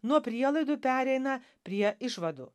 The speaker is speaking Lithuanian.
nuo prielaidų pereina prie išvadų